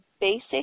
Basic